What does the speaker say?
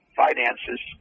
finances